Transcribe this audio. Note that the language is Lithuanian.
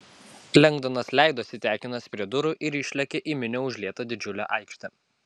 lengdonas leidosi tekinas prie durų ir išlėkė į minia užlietą didžiulę aikštę